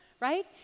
right